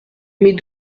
mes